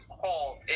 call